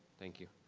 thank you.